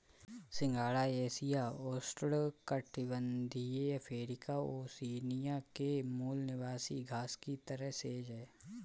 सिंघाड़ा एशिया, उष्णकटिबंधीय Africa, Oceania के मूल निवासी घास की तरह सेज है